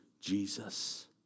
Jesus